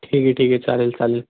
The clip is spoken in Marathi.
ठीक आहे ठीक आहे चालेल चालेल